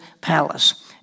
palace